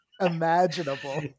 Imaginable